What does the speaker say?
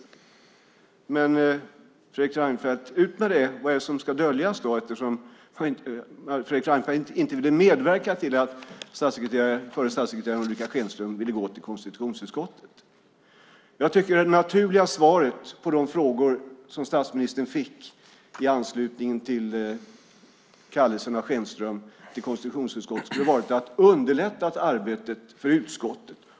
Ut med det, Fredrik Reinfeldt: Vad är det som ska döljas och som gjorde att Fredrik Reinfeldt inte ville medverka till att förre statssekreteraren Ulrica Schenström ville gå till konstitutionsutskottet? Jag tycker att det naturliga svaret på de frågor statsministern fick i anslutning till kallelsen av Schenström till konstitutionsutskottet borde ha varit att underlätta arbetet för utskottet.